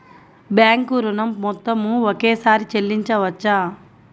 Bank ఋణం మొత్తము ఒకేసారి చెల్లించవచ్చా?